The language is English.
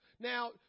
Now